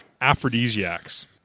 Aphrodisiacs